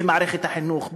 במערכת החינוך,